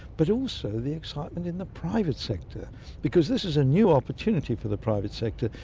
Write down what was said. but also the excitement in the private sector because this is a new opportunity for the private sector.